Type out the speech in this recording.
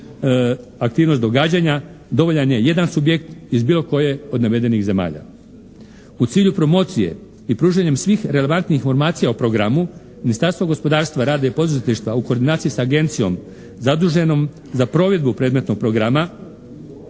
aktivnost događanja dovoljan je jedan subjekt iz bilo koje od navedenih zemalja. U cilju promocije i pružanjem svih relevantnih informacija o programu, Ministarstvo gospodarstva, rada i poduzetništva u koordinaciji sa agencijom zaduženom za provedbu predmetnog programa